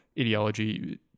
ideology